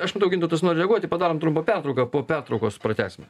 aš matau gintautas nori reaguoti padarom trumpą pertrauką po pertraukos pratęsim